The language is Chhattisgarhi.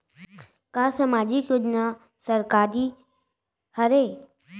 का सामाजिक योजना सरकारी हरे?